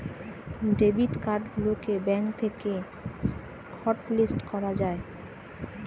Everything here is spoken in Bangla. ডেবিট কার্ড গুলোকে ব্যাঙ্ক থেকে হটলিস্ট করা যায়